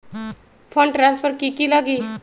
Fund transfer कि की लगी?